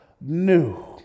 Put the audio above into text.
new